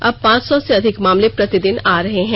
अब पांच से अधिक मामले प्रतिदिन आ रहे हैं